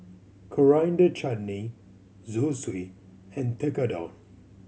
Coriander Chutney Zosui and Tekkadon